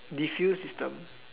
diffuse system